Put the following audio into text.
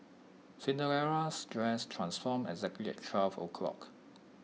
Cinderella's dress transformed exactly at twelve o'clock